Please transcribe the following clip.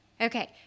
Okay